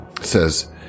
says